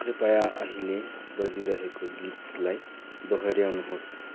कृपया अहिलेे बजिरहेको गीतलाई दोहोऱ्याउनुहोस्